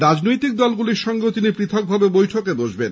রাজনৈতিক দলগুলির সঙ্গেও তিনি পৃথকভাবে বৈঠকে বসবেন